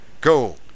Go